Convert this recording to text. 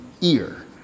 ear